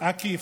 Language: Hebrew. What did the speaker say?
עקיף.